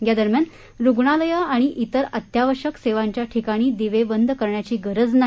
या दरम्यान रुग्णालयं आणि तिर अत्यावश्यक सेवांच्या ठिकाणी दिवे बंद करण्याची गरज नाही